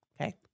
Okay